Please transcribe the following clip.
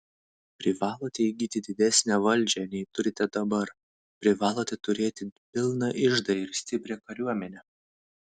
privalote įgyti didesnę valdžią nei turite dabar privalote turėti pilną iždą ir stiprią kariuomenę